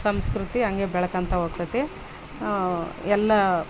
ಸಂಸ್ಕೃತಿ ಹಂಗೇ ಬೆಳ್ಕೋತ ಹೋಗ್ತೈತಿ ಎಲ್ಲಾ